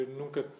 nunca